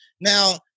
Now